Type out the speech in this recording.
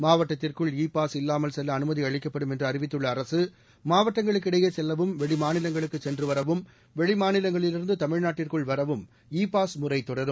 மாவட்டத்திற்குள் பூச் பாஸ் இல்லாமல் ப் செல்லஅனுமதிஅளிக்கப்படும் என்றுஅறிவித்துள்ளஅரசு மாவட்டங்களுக்கிடையேசெல்லவும் வெளிமாநிலங்களுக்குச் சென்றுவரவும் வெளிமாநிலங்களிலிருந்துதமிழ்நாட்டிற்குள் வரவும் இ பாஸ் முறைதொடரும்